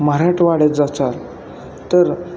मराठवाड्यात जाचाल तर